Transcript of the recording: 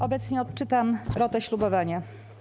Obecnie odczytam rotę ślubowania.